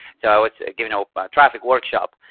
so i was given a traffic workshop.